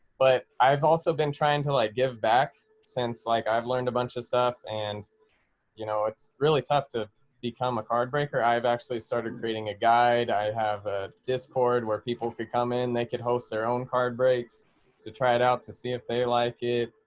but i've also been trying to like give back since like i've learned a bunch of stuff and you know it's really tough to become a card breaker. i've actually started creating a guide. i have a discord where people could come in, they could host their own card breaks to try it out, to see if they like it.